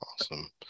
Awesome